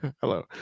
hello